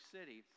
City